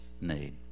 need